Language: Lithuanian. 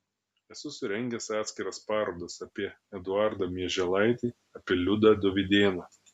esu surengęs atskiras parodas apie eduardą mieželaitį apie liudą dovydėną